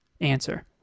Answer